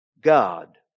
God